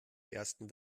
ersten